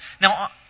Now